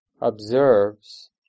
observes